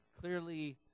clearly